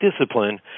Discipline